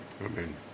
Amen